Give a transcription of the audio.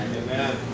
amen